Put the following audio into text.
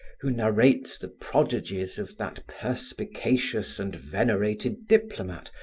who narrates the prodigies of that perspicacious and venerated diplomat,